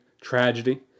tragedy